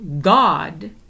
God